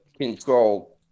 control